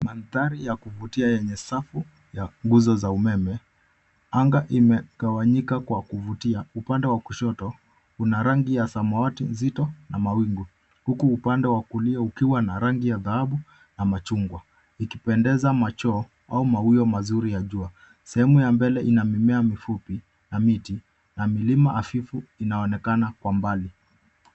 Mandhari ya kuvutia yenye safu ya nguzo za umeme. Anga imegawanyika kwa kuvutia. Upande wa kushoto una rangi ya samawati nzito na mawingu huku upande wa kulia ukiwa na rangi ya dhahabu na machungwa, ikipendeza macho au mawio mazuri ya jua. Sehemu ya mbele ina mimea mifupi na miti na milima hafifu inaonekana kwa mbali.